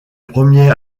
premier